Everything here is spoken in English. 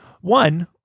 One